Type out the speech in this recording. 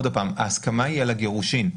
ההסכמה היא על הגירושין.